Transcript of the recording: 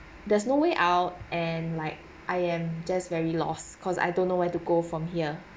there's no way out and like I am just very lost cause I don't know where to go from here